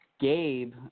Gabe